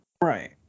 right